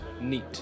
Neat